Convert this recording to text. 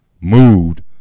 moved